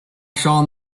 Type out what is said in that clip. shall